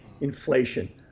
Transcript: inflation